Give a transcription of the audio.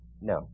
No